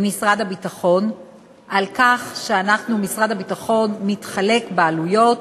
משרד הביטחון על כך שמשרד הביטחון משתתף בעלויות.